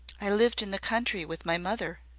i lived in the country with my mother,